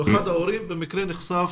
אחד ההורים במקרה נחשף?